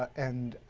and,